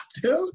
dude